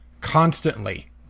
constantly